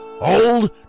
old